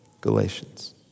Galatians